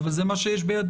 אבל זה מה שיש בידינו